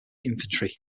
infantry